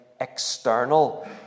external